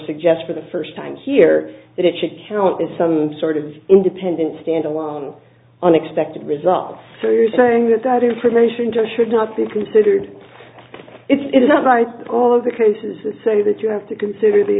suggest for the first time here that it should count as some sort of independent standalone unexpected result so you're saying that that information should not be considered it's not like all of the cases to say that you have to consider the